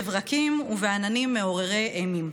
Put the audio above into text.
בברקים ובעננים מעוררי אימים.